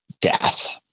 death